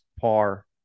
par